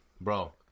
bro